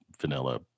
vanilla